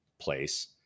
place